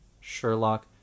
sherlock